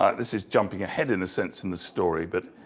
ah this is jumping ahead, in a sense, in the story, but